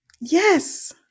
Yes